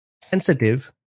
sensitive